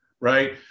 right